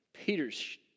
Peter's